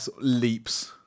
leaps